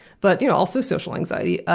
but yeah also social anxiety,